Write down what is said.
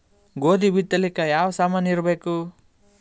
ಗೋಧಿ ಬಿತ್ತಲಾಕ ಯಾವ ಸಾಮಾನಿರಬೇಕು?